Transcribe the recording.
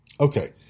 Okay